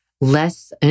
less